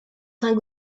saint